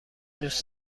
دوست